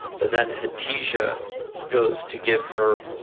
but then hatice yeah ah goes to give her